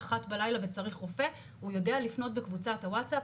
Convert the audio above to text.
אחת בלילה וצריך רופא הוא יודע לפנות בקבוצת הווטסאפ,